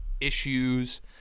issues